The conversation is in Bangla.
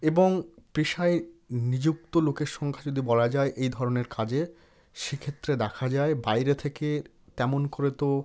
এবং পেশায় নিযুক্ত লোকের সংখ্যা যদি বলা যায় এই ধরনের কাজে সেক্ষেত্রে দেখা যায় বাইরে থেকে তেমন করে তো